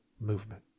movement